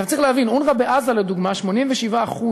צריך להבין, אונר"א בעזה, לדוגמה, 87%,